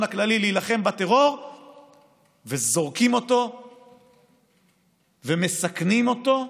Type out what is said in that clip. הכללי להילחם בטרור וזורקים אותו ומסכנים אותו,